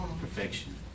Perfection